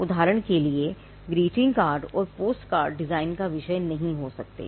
उदाहरण के लिए ग्रीटिंग कार्ड और पोस्टकार्ड डिजाइन का विषय नहीं हो सकते